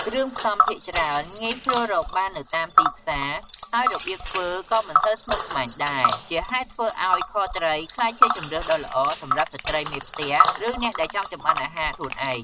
គ្រឿងផ្សំភាគច្រើនងាយស្រួលរកបាននៅតាមទីផ្សារ ហើយរបៀបធ្វើក៏មិនសូវស្មុគស្មាញដែរ ជាហេតុធ្វើឱ្យខត្រីក្លាយជាជម្រើសដ៏ល្អសម្រាប់ស្ត្រីមេផ្ទះ ឬអ្នកដែលចង់ចម្អិនអាហារខ្លួនឯង។